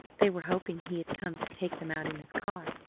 they were hoping he had come to take them out in his car,